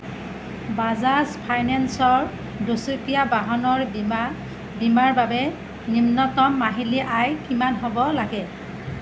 বাজাজ ফাইনেন্সৰ দুচকীয়া বাহনৰ বীমা বীমাৰ বাবে নিম্নতম মাহিলী আয় কিমান হ'ব লাগে